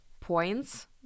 points